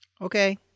Okay